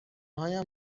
هایم